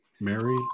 mary